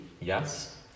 yes